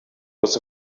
was